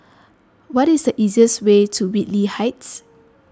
what is the easiest way to Whitley Heights